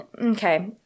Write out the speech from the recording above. okay